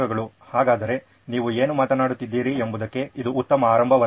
ಹಾಗಾದರೆ ನೀವು ಏನು ಮಾತನಾಡುತ್ತಿದ್ದೀರಿ ಎಂಬುದಕ್ಕೆ ಇದು ಉತ್ತಮ ಆರಂಭವಲ್ಲವೇ